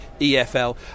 EFL